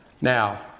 Now